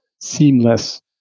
seamless